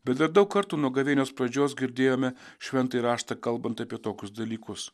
bet dar daug kartų nuo gavėnios pradžios girdėjome šventąjį raštą kalbant apie tokius dalykus